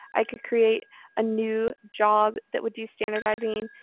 i could create a new job that would do standardizing.